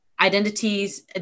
identities